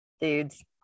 dudes